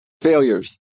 failures